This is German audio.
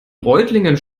reutlingen